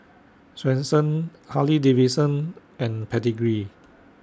Swensens Harley Davidson and Pedigree